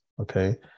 Okay